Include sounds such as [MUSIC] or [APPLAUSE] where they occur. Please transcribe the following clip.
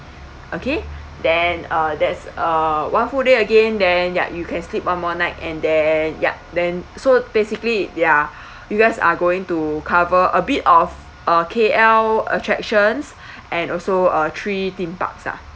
okay then uh there's uh one full day again then ya you can sleep one more night and then ya then so basically ya [BREATH] you guys are going to cover a bit of uh K_L attractions [BREATH] and also uh three theme parks ah